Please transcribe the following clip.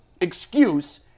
excuse